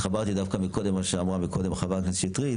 התחברתי דווקא מקודם מה שאמרה קודם חברת הכנסת שטרית.